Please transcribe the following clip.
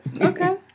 Okay